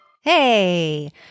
Hey